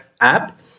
app